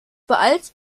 beeilst